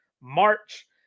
March